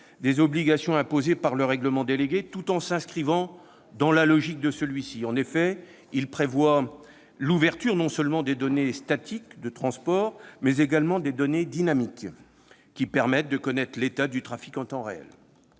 des obligations imposées par le règlement délégué, tout en s'inscrivant dans la logique de celui-ci. En effet, il prévoit l'ouverture, non seulement des données statiques de transports, mais également des données dynamiques, qui permettent de connaître l'état du trafic en temps réel.